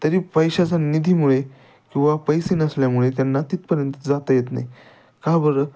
तरी पैशाचा निधीमुळे किंवा पैसे नसल्यामुळे त्यांना तिथपर्यंत जाता येत नाही का बरं